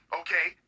okay